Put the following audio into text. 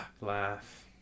laugh